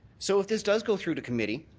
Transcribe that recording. so if this does go through to committee,